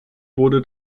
wurde